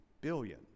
billion